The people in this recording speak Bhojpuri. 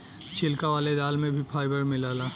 छिलका वाले दाल में भी फाइबर मिलला